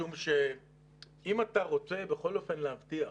משום שאם אתה רוצה בכל אופן להבטיח